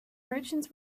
merchants